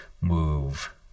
move